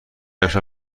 امشب